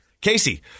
Casey